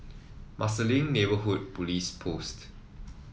Marsiling Neighbourhood Police Post